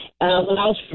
allows